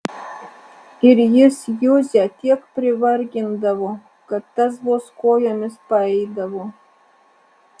ir jis juzę tiek privargindavo kad tas vos kojomis paeidavo